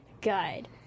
Guide